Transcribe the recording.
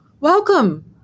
welcome